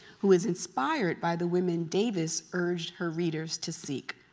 who is inspired by the women davis urged her readers to seek.